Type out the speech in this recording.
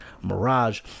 Mirage